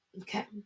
Okay